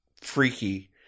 freaky